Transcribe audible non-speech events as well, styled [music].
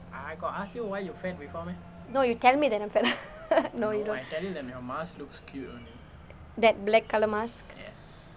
no you tell me that I'm fat [laughs] no you don't that black colour mask